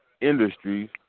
industries